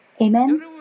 Amen